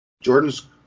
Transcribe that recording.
Jordan's